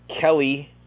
Kelly